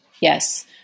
Yes